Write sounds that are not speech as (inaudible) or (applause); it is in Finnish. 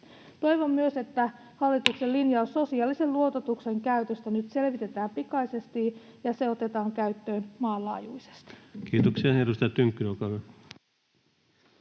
Toivon myös, että hallituksen (noise) linjaus sosiaalisen luototuksen käytöstä nyt selvitetään pikaisesti ja että se otetaan käyttöön maanlaajuisesti. Kiitoksia. — Ja edustaja Tynkkynen, olkaa hyvä.